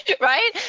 Right